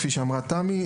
כפי שאמרה תמי,